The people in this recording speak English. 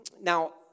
Now